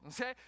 okay